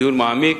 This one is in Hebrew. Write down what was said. דיון מעמיק.